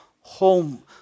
home